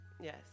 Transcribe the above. Yes